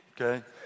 Okay